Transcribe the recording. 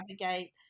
navigate